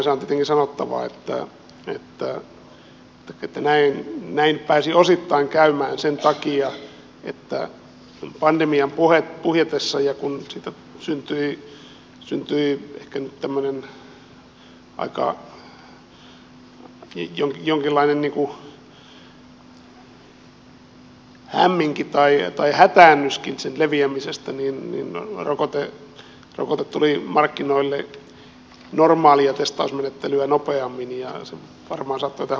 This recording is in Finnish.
sinänsä on tietenkin sanottava että näin pääsi osittain käymään sen takia että pandemian puhjetessa kun sen leviämisestä syntyi ehkä nyt tämmöinen jonkinlainen hämminki tai hätäännyskin rokote tuli markkinoille normaalia testausmenettelyä nopeammin ja se varmaan saattoi tähän vaikuttaa